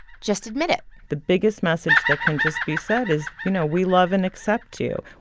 just admit it the biggest message that can just be said is, you know, we love and accept you.